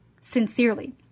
sincerely